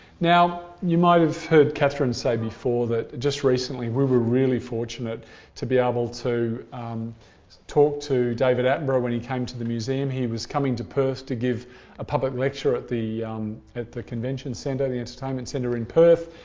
now, you might have heard catherine say before that just recently we were really fortunate to be able to talk to david attenborough when he came to the museum. he was coming to perth to give a public lecture at the at the convention centre, the entertainment centre in perth.